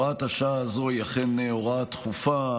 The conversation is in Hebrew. הוראת השעה הזו היא אכן הוראה דחופה,